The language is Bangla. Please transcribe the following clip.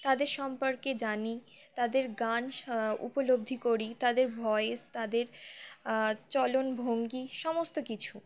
তাদের সম্পর্কে জানি তাদের গান উপলব্ধি করি তাদের ভয়েস তাদের চলনভঙ্গি সমস্ত কিছু